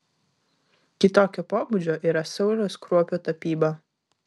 kitokio pobūdžio yra sauliaus kruopio tapyba